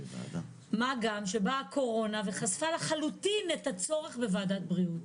מה גם שבאה הקורונה וחשפה לחלוטין את הצורך בוועדת בריאות.